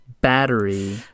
battery